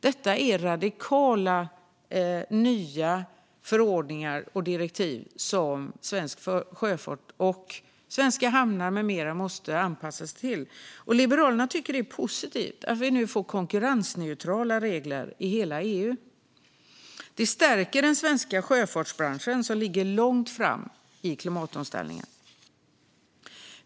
Detta är radikala nya förordningar och direktiv som svensk sjöfart, svenska hamnar med flera måste anpassa sig till. Liberalerna tycker att det är positivt att vi nu får konkurrensneutrala regler i hela EU. Det stärker den svenska sjöfartsbranschen, som ligger långt fram i klimatomställningen.